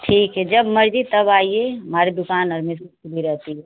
ठीक है जब मर्जी तब आइए हमारी दुकान हमेशा खुली रहती है